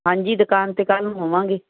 ਹਾਂਜੀ ਦੁਕਾਨ 'ਤੇ ਕੱਲ੍ਹ ਨੂੰ ਆਵਾਂਗੇ